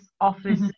office